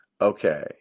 Okay